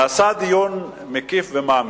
נעשה דיון מקיף ומעמיק.